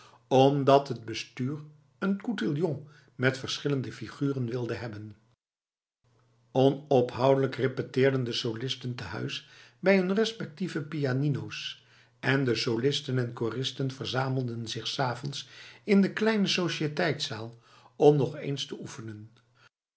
omdat het bestuur een cotillon met verschillende figuren wilde hebben onophoudelijk repeteerden de solisten te huis bij hun respectieve pianino's en de solisten en de koristen verzamelden zich s avonds in de kleine societeitszaal om nog eens te oefenen